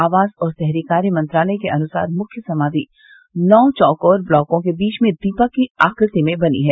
आवास और शहरी कार्य मंत्रालय के अनुसार मुख्य समाधि नौ चौकोर ब्लॉकों के बीच में दीपक की आकृति में बनी है